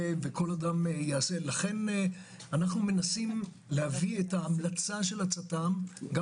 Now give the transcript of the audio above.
אנו מנסים להביא את ההמלצה של הצט"ם גם